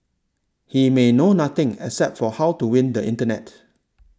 he may know nothing except for how to win the internet